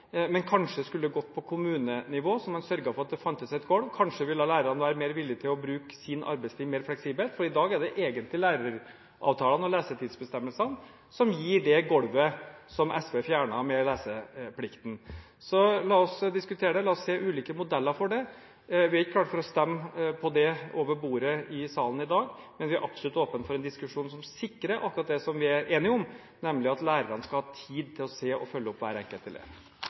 men kanskje skulle det gått på kommunenivå, så man sørget for at det fantes et golv, kanskje ville lærerne være mer villige til å bruke sin arbeidstid mer fleksibelt, for i dag er det egentlig læreravtalene og lesetidsbestemmelsene som gir det golvet som SV fjernet med leseplikten. La oss diskutere det, la oss se på ulike modeller for det. Vi er ikke klar for å stemme på det over bordet i salen i dag, men vi er absolutt åpne for en diskusjon som sikrer akkurat det som vi er enige om, nemlig at lærerne skal ha tid til å se og følge opp hver enkelt elev.